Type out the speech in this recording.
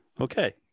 okay